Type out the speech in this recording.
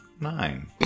Nine